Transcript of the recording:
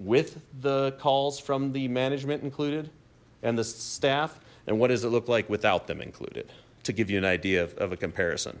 with the calls from the management included and the staff and what does it look like without them included to give you an idea of